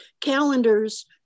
Calendars